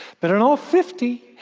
but in all fifty,